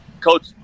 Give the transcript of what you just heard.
coach